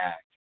Act